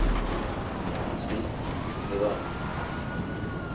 उस्सी निभाना होंदा